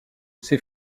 ces